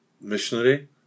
missionary